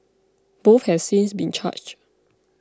both have since been charged